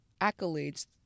accolades